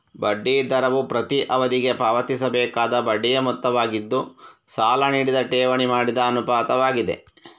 ಬಡ್ಡಿ ದರವು ಪ್ರತಿ ಅವಧಿಗೆ ಪಾವತಿಸಬೇಕಾದ ಬಡ್ಡಿಯ ಮೊತ್ತವಾಗಿದ್ದು, ಸಾಲ ನೀಡಿದ ಠೇವಣಿ ಮಾಡಿದ ಅನುಪಾತವಾಗಿದೆ